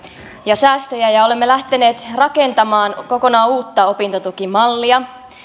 ja säästöjä ja olemme lähteneet rakentamaan kokonaan uutta opintotukimallia